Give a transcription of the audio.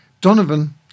Donovan